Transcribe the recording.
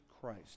christ